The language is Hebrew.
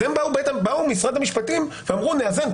באו משרד המשפטים ואמרו נאזן,